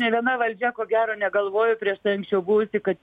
nė viena valdžia ko gero negalvojo prieš tai anksčiau buvusi kad